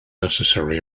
necessary